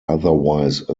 otherwise